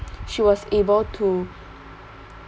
she was able to